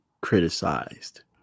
criticized